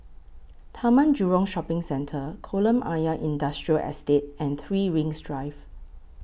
Taman Jurong Shopping Centre Kolam Ayer Industrial Estate and three Rings Drive